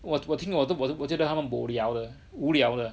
我我听我都我都我觉得他们 bo liao 的无聊的